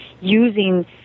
using